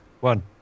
One